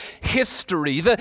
history